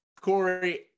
Corey